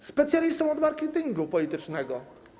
Jest specjalistą od marketingu politycznego.